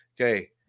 okay